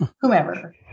whomever